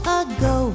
ago